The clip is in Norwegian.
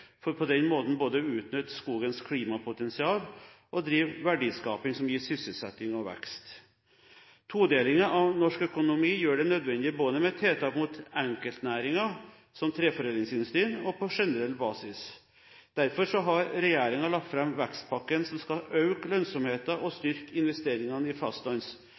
for på den måten å utnytte både skogens klimapotensial og drive verdiskaping som gir sysselsetting og vekst. Todelingen av norsk økonomi gjør det nødvendig med tiltak både mot enkeltnæringer, som treforedlingsindustrien, og på generell basis. Derfor har regjeringen lagt fram vekstpakken. Den skal øke lønnsomheten og styrke investeringene i